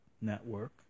network